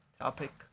topic